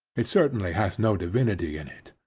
it certainly hath no divinity in it.